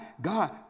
God